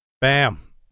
bam